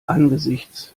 angesichts